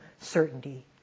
certainty